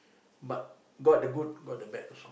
but got the good got the bad also